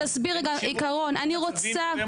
אני רוצה להסביר עיקרון.